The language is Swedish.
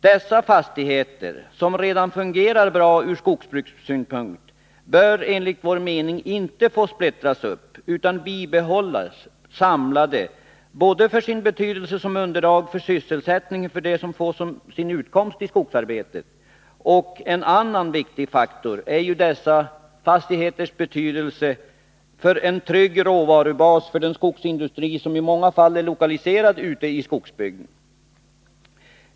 Dessa fastigheter, som redan fungerar bra ur skogsbrukssynpunkt, bör enligt vår mening inte få splittras upp utan bibehållas samlade med tanke på deras betydelse som underlag för sysselsättning för dem som får sin utkomst från skogsarbetet. En annan viktig faktor är dessa fastigheters betydelse för en trygg råvarubas för den skogsindustri som i många fall är lokaliserad ut i skogsbygden.